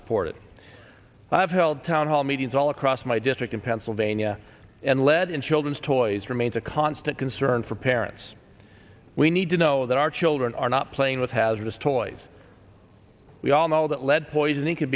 support it i have held town hall meetings all across my district in pennsylvania and lead in children's toys remains a constant concern for parents we need to know that our children are not playing with hazardous toys we all know that lead poisoning c